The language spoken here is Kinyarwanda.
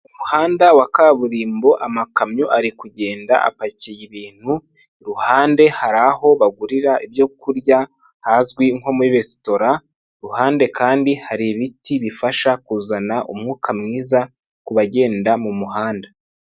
Umuhanda wa kaburimbo amakamyo ari kugenda apakiye ibintu, iruhande hari aho bagurira ibyo kurya hazwi nko muri resitora, ku ruhande kandi hari ibiti bifasha kuzana umwuka mwiza ku bagenda mu muhanda.